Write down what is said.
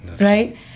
right